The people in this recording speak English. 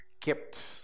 kept